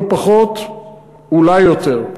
לא פחות ואולי יותר.